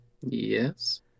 Yes